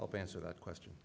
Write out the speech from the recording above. help answer that question